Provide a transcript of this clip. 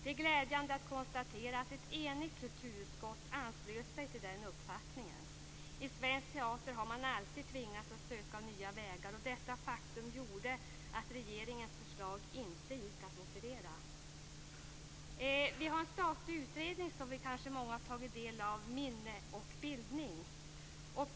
Det är glädjande att konstatera att ett enigt kulturutskott anslöt sig till denna uppfattning. I svensk teater har man alltid tvingats att söka nya vägar, och detta faktum gjorde att regeringens förslag inte gick att motivera. Det finns en statlig utredning som kanske många har tagit del av. Den heter Minne och bildning.